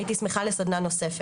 הייתי שמחה לסדנה נוספת.